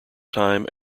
time